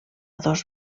dos